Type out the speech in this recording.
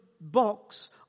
box